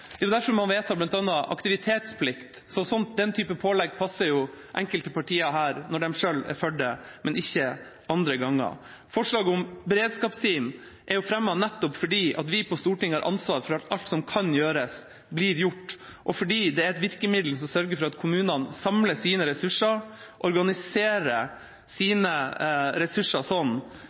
Det er derfor man vedtar bl.a. aktivitetsplikt. Den typen pålegg passer enkelte partier her når de selv er for det, men ikke andre ganger. Forslaget om beredskapsteam er fremmet nettopp fordi vi på Stortinget har ansvar for at alt som kan gjøres, blir gjort, og fordi det er et virkemiddel som sørger for at kommunene samler sine ressurser, organiserer sine ressurser